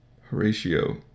Horatio